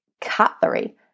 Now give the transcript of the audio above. cutlery